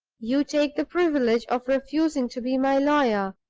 you take the privilege of refusing to be my lawyer,